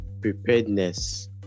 preparedness